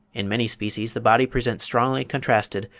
in many species the body presents strongly contrasted,